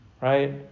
Right